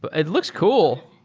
but it looks cool.